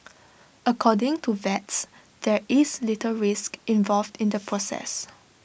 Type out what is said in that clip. according to vets there is little risk involved in the process